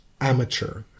amateur